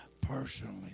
personally